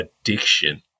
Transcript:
addiction